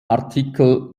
artikel